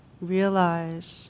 realize